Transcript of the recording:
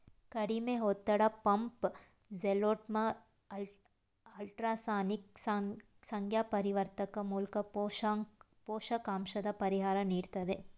ಕಡಿಮೆ ಒತ್ತಡ ಪಂಪ್ ಜೆಟ್ಮೂಲ್ಕ ಅಲ್ಟ್ರಾಸಾನಿಕ್ ಸಂಜ್ಞಾಪರಿವರ್ತಕ ಮೂಲ್ಕ ಪೋಷಕಾಂಶದ ಪರಿಹಾರ ನೀಡ್ತದೆ